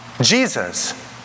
Jesus